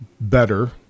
better